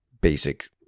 basic